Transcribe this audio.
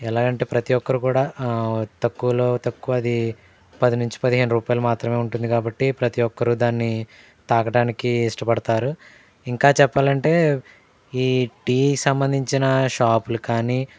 ఎలాగంటే ప్రతి ఒక్కరూ కూడా తక్కువలో తక్కువ అది పది నుంచి పదిహేను రూపాయలు మాత్రమే ఉంటుంది కాబట్టి ప్రతి ఒక్కరూ దాన్ని తాగడానికి ఇష్టపడుతారు ఇంకా చెప్పాలంటే ఈ టీ సంబంధించిన షాపులు కానీ